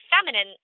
feminine